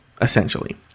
essentially